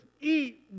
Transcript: eat